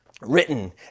Written